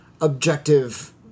objective